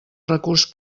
recurs